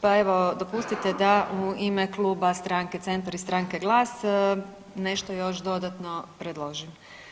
Pa evo dopustite da u ime kluba stranke CENATR i stranke GLAS nešto još dodatno predložim.